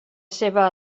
seva